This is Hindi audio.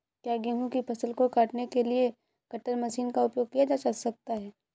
क्या गेहूँ की फसल को काटने के लिए कटर मशीन का उपयोग किया जा सकता है?